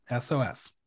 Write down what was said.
SOS